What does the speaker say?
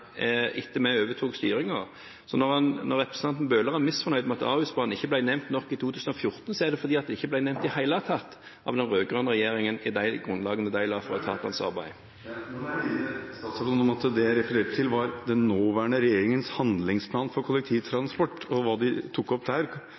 misfornøyd med at Ahusbanen ikke ble nevnt i 2014, er det fordi den ikke ble nevnt i det hele tatt av den rød-grønne regjeringen i de grunnlagene de la fram. Nå må jeg minne statsråden om at det jeg refererte til, var den nåværende regjeringens Handlingsplan for